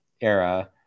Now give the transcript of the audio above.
era